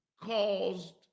caused